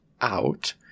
out